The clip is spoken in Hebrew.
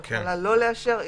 היא יכולה לא לאשר,